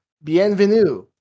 bienvenue